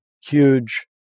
huge